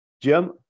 Jim